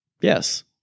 yes